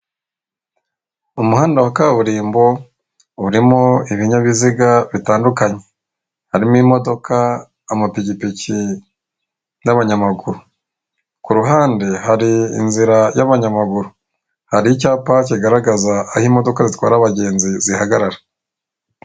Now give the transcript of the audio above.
Umuhanda wa kaburimbo urimo ibinyabiziga bitandukanye, harimo imodoka, amapikipiki n'abanyamaguru. Ku ruhande hari inzira y'abanyamaguru, hari icyapa kigaragaza aho imodoka zitwara abagenzi zihagarara.